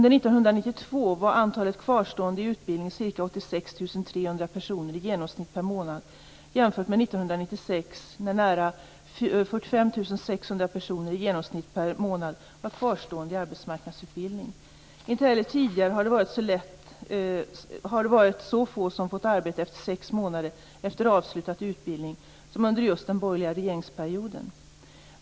1996 när ca 45 600 personer i genomsnitt per månad var kvarstående i arbetsmarknadsutbildning. Inte heller tidigare har det varit så få som fått arbete efter sex månader efter avslutad utbildning som under just den borgerliga regeringsperioden.